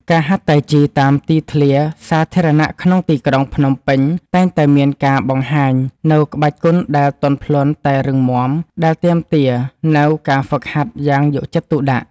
ការហាត់តៃជីតាមទីធ្លាសាធារណៈក្នុងទីក្រុងភ្នំពេញ តែងតែមានការបង្ហាញនូវក្បាច់គុណដែលទន់ភ្លន់តែរឹងមាំ ដែលទាមទារនូវការហ្វឹកហាត់យ៉ាងយកចិត្តទុកដាក់។